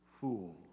Fool